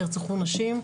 נרצחו נשים,